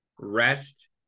rest